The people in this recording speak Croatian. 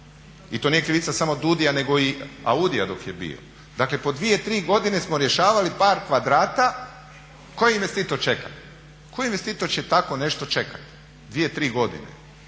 i to nije krivica samo DUDI-a nego i AUDI-a dok je bio. Dakle po 2, 3 godine smo rješavali par kvadrata, koji investitor čeka? Koji investitor će tako nešto čekati 2, 3 godine?